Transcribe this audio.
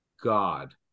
God